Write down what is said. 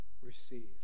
receive